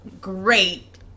great